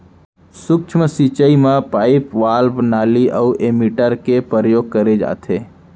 सूक्ष्म सिंचई म पाइप, वाल्व, नाली अउ एमीटर के परयोग करे जाथे